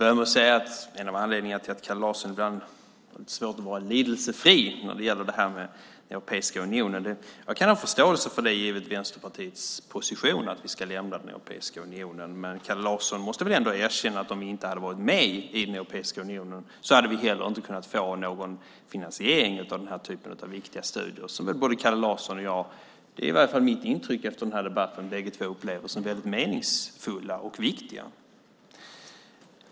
Herr talman! Att Kalle Larsson ibland har svårt att vara lidelsefri när det gäller Europeiska unionen kan jag ha förståelse för, givet Vänsterpartiets position att vi ska lämna Europeiska unionen. Men Kalle Larsson måste väl ändå erkänna att om vi inte hade varit med i Europeiska unionen hade vi heller inte kunnat få någon finansiering av den här typen av viktiga studier, som både Kalle Larsson och jag - det är i varje fall mitt intryck efter den här debatten - bägge två upplever som väldigt meningsfulla och viktiga.